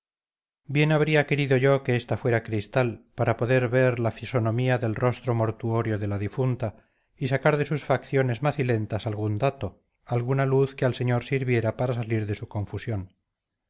bien habría querido yo que esta fuera cristal para poder ver la fisonomía del rostro mortuorio de la difunta y sacar de sus facciones macilentas algún dato alguna luz que al señor sirviera para salir de su confusión